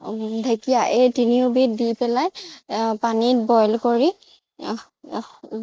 ঢেকীয়া এই তিনিওবিধ দি পেলাই পানীত বইল কৰি